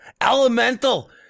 elemental